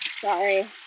Sorry